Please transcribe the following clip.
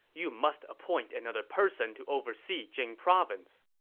you must appoint another person to oversee jing province.